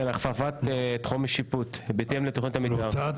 כן, הכפפת תחום שיפוט בהתאם לתוכנית המתאר.